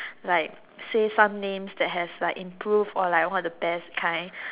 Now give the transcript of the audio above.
like say some names that has like improved or one of the best kind